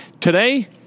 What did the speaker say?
Today